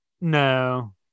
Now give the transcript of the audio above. No